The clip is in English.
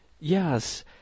Yes